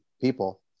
people